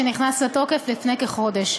שנכנס לתוקף לפני כחודש.